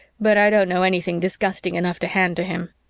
but i don't know anything disgusting enough to hand to him.